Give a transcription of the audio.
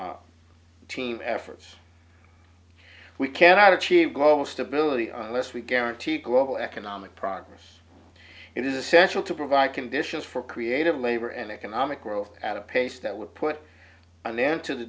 indies team efforts we cannot achieve global stability unless we guarantee global economic progress it is essential to provide conditions for creative labor and economic growth at a pace that would put an end to the